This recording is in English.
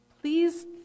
please